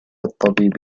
الطبيب